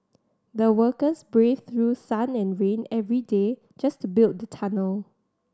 the workers braved through sun and rain every day just to build the tunnel